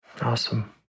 Awesome